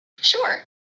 Sure